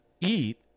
eat